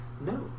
No